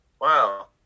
Wow